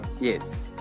Yes